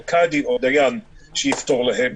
קאדי או דיין שיפתור להם,